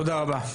תודה רבה.